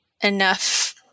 enough